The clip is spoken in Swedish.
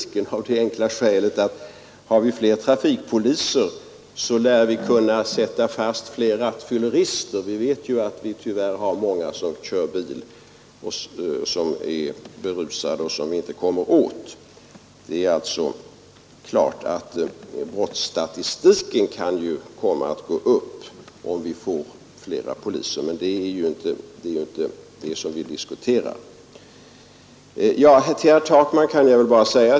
Det gör det, av det enkla skälet att har vi flera trafikpoliser, lär vi t.ex. kunna sätta fast fler rattfyllerister; vi vet att det tyvärr är många som kör bil berusade och som vi inte kommer åt. Brottsstatistiken kan alltså komma att gå upp, om vi får flera poliser, men det är ju inte det vi diskuterar.